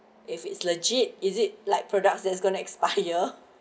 if it's legit is it like products there's going to expire